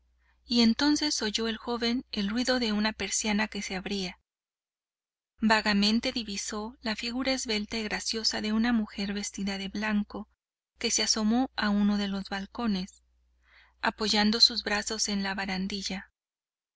y entonces oyó el joven el ruido de una persiana que se abría vagamente divisó la figura esbelta y graciosa de una mujer vestida de blanco que se asomó a uno de los balcones apoyando sus brazos en la barandilla